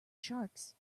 sharks